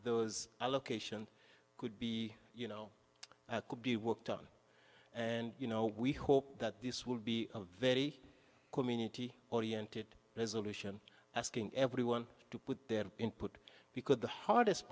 those a location could be you know at could be worked on and you know we hope that this will be a very community oriented resolution asking everyone to put their input because the hardest